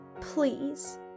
Please